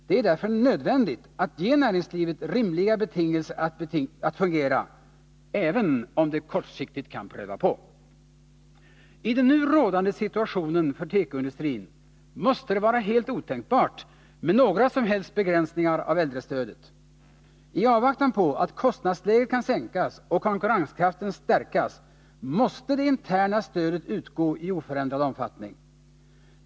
Det är därför nödvändigt att ge näringslivet rimliga betingelser att fungera — även om det kortsiktigt kan kosta på. I den nu rådande situationen för tekoindustrin måste det vara helt otänkbart med några som helst begränsningar av äldrestödet. I avvaktan på att kostnaderna kan sänkas och konkurrenskraften stärkas måste det interna stödet utgå i oförändrad omfattning.